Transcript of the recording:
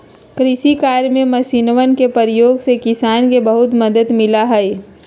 कृषि कार्य में मशीनवन के प्रयोग से किसान के बहुत मदद मिला हई